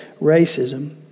racism